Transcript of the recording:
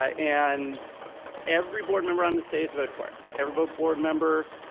and every board member on this dais voted for it. every but board member.